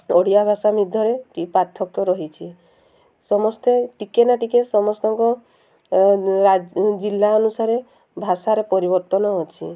ଓଡ଼ିଆ ଭାଷା ମଧ୍ୟରେ ଟି ପାର୍ଥକ୍ୟ ରହିଛି ସମସ୍ତେ ଟିକେ ନା ଟିକେ ସମସ୍ତଙ୍କ ଜିଲ୍ଲା ଅନୁସାରେ ଭାଷାରେ ପରିବର୍ତ୍ତନ ଅଛି